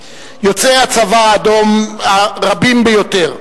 יוצאי הצבא האדום הרבים ביותר,